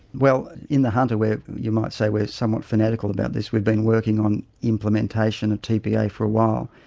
well in the hunter where you might say we're somewhat fanatical about this we've been working on implementation of tpa for a while.